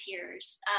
peers